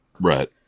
Right